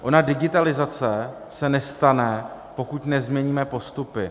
Ona digitalizace se nestane, pokud nezměníme postupy.